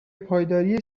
پایداری